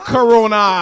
Corona